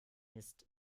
ist